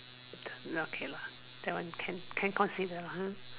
okay lah that one can can consider lah ha